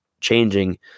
changing